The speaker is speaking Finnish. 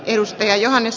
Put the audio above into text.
arvoisa puhemies